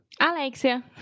Alexia